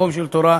מקום של תורה.